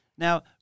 Now